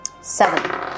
Seven